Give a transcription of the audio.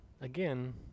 again